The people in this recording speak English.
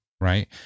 Right